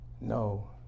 No